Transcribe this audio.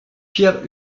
pierre